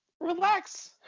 relax